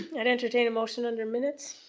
and i'd entertain a motion under minutes?